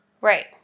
Right